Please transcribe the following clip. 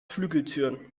flügeltüren